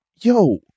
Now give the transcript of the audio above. yo